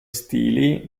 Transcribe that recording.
stili